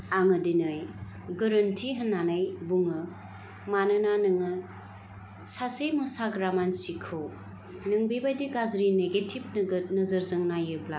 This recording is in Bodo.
आङो दिनै गोरोन्थि होननानै बुङो मानोना नोङो सासे मोसाग्रा मानसिखौ नों बिबादि गाज्रि निगेटिभ नोजोरजों नायोब्ला